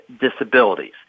disabilities